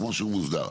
כמו שהוא מוסדר.